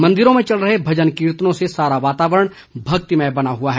मंदिरों में चल रहे भजन कीर्तनों से सारा वातावरण भक्तिमय बना हुआ है